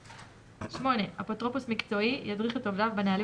(8) אפוטרופוס מקצועי ידריך את עובדיו בנהלים